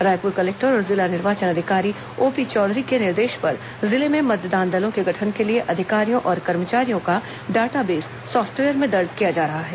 Raipur collector और जिला निर्वाचन अधिकारी ओपी चौधरी के निर्देश पर जिले में मतदान दलों के गठन के लिए अधिकारियों और कर्मचारियों का डाटाबेस सॉफ्टवेयर में दर्ज किया जा रहा है